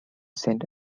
send